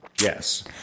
Yes